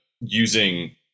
using